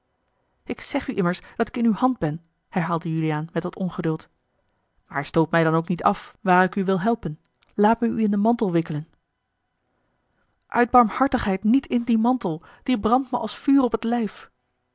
ik zeg u immers dat ik in uwe hand ben herhaalde juliaan met wat ongeduld a l g bosboom-toussaint de delftsche wonderdokter eel aar stoot mij dan ook niet af waar ik u wil helpen laat me u in den mantel wikkelen uit barmhartigheid niet in dien mantel die brandt me als vuur op het lijf